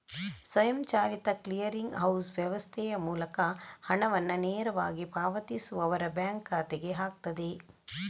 ಸ್ವಯಂಚಾಲಿತ clearing house ವ್ಯವಸ್ಥೆಯ ಮೂಲಕ ಹಣವನ್ನ ನೇರವಾಗಿ ಪಾವತಿಸುವವರ ಬ್ಯಾಂಕ್ ಖಾತೆಗೆ ಹಾಕ್ತದೆ